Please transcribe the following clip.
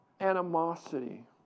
animosity